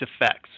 effects